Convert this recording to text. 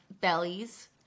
bellies